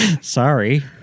Sorry